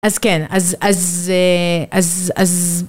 אז כן, אז, אז, אה, אז, אז